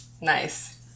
nice